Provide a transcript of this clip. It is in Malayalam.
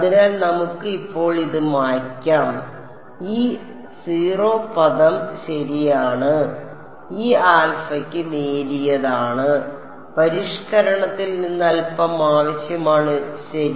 അതിനാൽ നമുക്ക് ഇപ്പോൾ ഇത് മായ്ക്കാം ഈ 0 പദം ശരിയാണ് ഈ ആൽഫയ്ക്ക് നേരിയതാണ് പരിഷ്ക്കരണത്തിൽ നിന്ന് അൽപ്പം ആവശ്യമാണ് ശരി